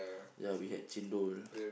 ya we had chendol